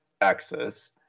access